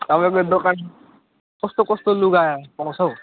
तपाईँको दोकान कस्तो कस्तो लुगा पाउँछ हो